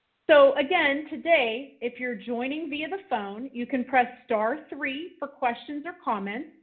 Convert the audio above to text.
so again, today, if you're joining via the phone, you can press star three for questions or comments.